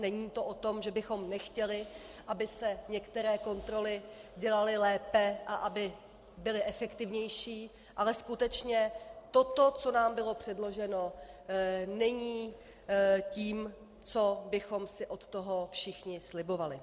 Není to o tom, že bychom nechtěli, aby se některé kontroly dělaly lépe a byly efektivnější, ale skutečně toto, co nám bylo předloženo, není tím, co bychom si od toho všichni slibovali.